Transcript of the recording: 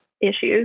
issues